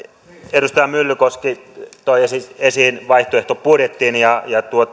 edustaja myllykoski toi esiin esiin vaihtoehtobudjetin ja